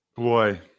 Boy